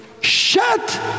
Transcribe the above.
shut